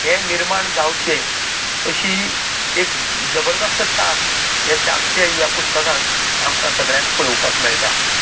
हे निर्माण जावचें अशीं एक जबरदस्त तांक हे श्यामची आई ह्या पुस्तकांत आमकां सगळ्यांक पळोवपाक मेळटा